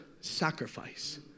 sacrifice